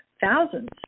thousands